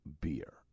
beer